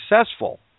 successful